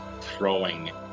throwing